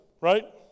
right